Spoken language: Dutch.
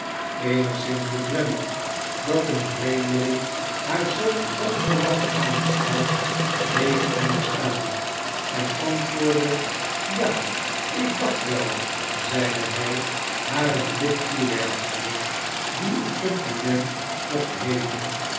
eenigszins bedremmeld dat een vreemdeling haar zoo onverwacht aansprak bleef emma staan en antwoordde ja ik dacht wel zeide hij haar een blik toewerpende die een compliment mocht heeten